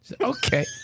Okay